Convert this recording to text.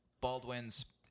Baldwin's